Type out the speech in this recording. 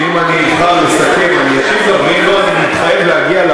אם נרשמת לדבר על החוק, אנחנו נדון על